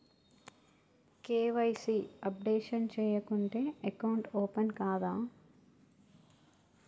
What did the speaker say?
KYC updation చేయకుంటే account open కాదా?